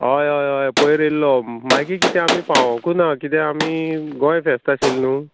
हय हय हय पयर येयल्लो मागीर कितें आमी पावोंकू ना किद्या आमी गोंय फेस्त आशिल्ली न्हू